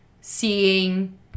seeing